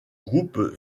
groupes